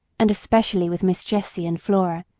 and especially with miss jessie and flora,